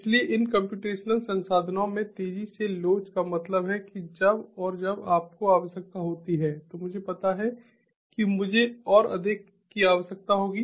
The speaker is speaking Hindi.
इसलिए इन कम्प्यूटेशनल संसाधनों में तेजी से लोच का मतलब है कि जब और जब आपको आवश्यकता होती है तो मुझे पता है कि मुझे और अधिक की आवश्यकता होगी